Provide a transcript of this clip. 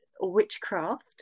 witchcraft